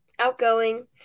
Outgoing